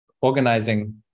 organizing